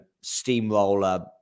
steamroller